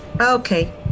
okay